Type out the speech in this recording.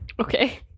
Okay